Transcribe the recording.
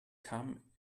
come